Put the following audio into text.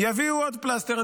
יביאו עוד פלסטר.